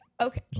okay